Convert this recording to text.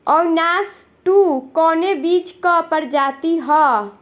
Avinash two कवने बीज क प्रजाति ह?